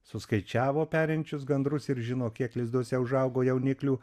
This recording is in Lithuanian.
suskaičiavo perinčius gandrus ir žino kiek lizduose užaugo jauniklių